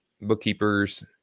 bookkeepers